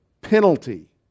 penalty